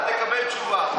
תקבל תשובה.